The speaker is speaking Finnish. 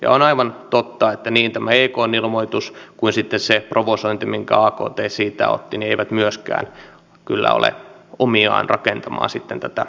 ja on aivan totta että ei tämä ekn ilmoitus eikä sitten se provosointi minkä akt siitä otti kyllä myöskään ole omiaan rakentamaan tätä yhteisymmärrystä